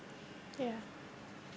yeah